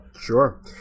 Sure